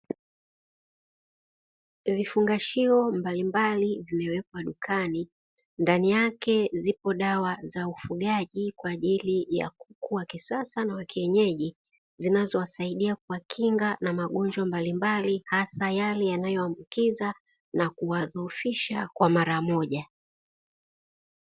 Vifungashio mbalimbali vimewekwa dukani, ndani yake zipo dawa za ufugaji kwa ajili ya kuku wa kisasa na wakienyeji zinazo wasaidia kuwakinga na magonjwa mbalimbali hasa yale yanayo ambukiza na kuwadhoofisha kwa mara moja.